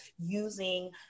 using